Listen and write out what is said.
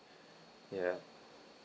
ya